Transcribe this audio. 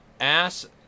Ass